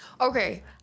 Okay